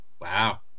wow